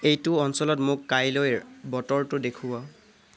এইটো অঞ্চলত মোক কাইলৈৰ বতৰটো দেখুওৱা